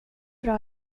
bra